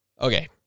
Okay